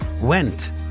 went